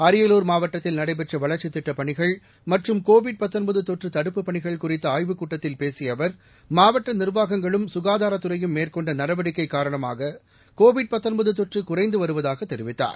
அரியலூர் மாவட்டத்தில் நடைபெற்றவளர்ச்சித் திட்டப் பனிகள் மற்றம் கோவிட் தொற்றகடுப்பு பணிகள் குறித்தஆய்வுக் கூட்டத்தில் பேசியஅவர் மாவட்டநிர்வாகங்களும் சுகாதாரத் துறையும் மேற்கொண்டநடவடிக்கைகாரணமாககோவிட் தொற்றுகுறைந்துவருவதாகதெரிவித்தார்